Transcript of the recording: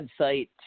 website